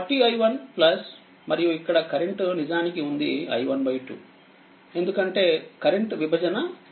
40i1 మరియు ఇక్కడ current నిజానికి ఉందిi12 ఎందుకంటే కరెంటు విభజన అవుతుంది